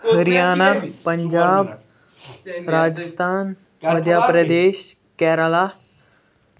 Haryana Punjab Rajasthan Madhya Pradesh Kerala